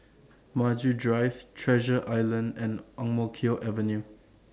Maju Drive Treasure Island and Ang Mo Kio Avenue